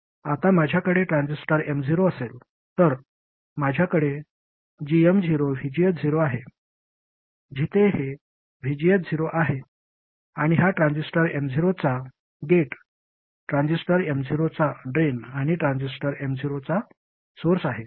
आता माझ्याकडे transistor M0 असेल तर माझ्याकडे gm0VGS0 आहे जिथे हे VGS0 आहे आणि हा ट्रान्झिस्टर M0 चा गेट ट्रान्झिस्टर M0 चा ड्रेन आणि ट्रान्झिस्टर M0 चा सोर्स आहे